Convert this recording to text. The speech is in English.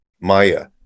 maya